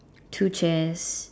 two chairs